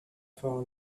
for